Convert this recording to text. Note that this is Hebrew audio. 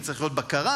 וצריכה להיות בקרה,